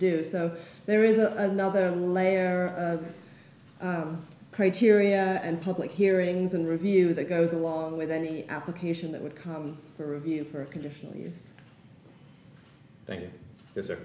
do so there is a another layer of criteria and public hearings and review that goes along with any application that would come for review for a conditional use thank you it's a